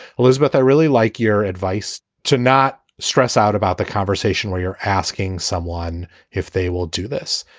elizabeth, i really like your advice to not stress out about the conversation where you're asking someone if they will do this.